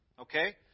Okay